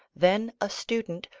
then a student,